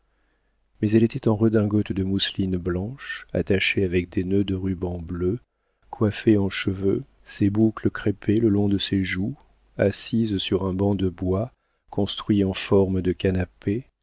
mais elle était en redingote de mousseline blanche attachée avec des nœuds de rubans bleus coiffée en cheveux ses boucles crêpées le long de ses joues assise sur un banc de bois construit en forme de canapé